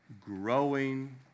growing